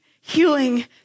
healing